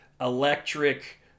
electric